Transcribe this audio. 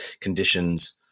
conditions